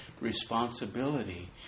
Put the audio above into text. responsibility